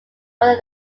rather